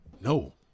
No